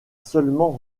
seulement